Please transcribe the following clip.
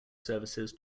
services